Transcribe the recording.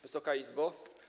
Wysoka Izbo!